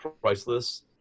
priceless